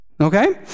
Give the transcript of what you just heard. okay